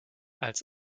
als